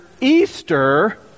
Easter